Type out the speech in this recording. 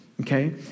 okay